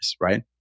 right